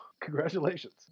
Congratulations